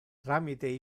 tramite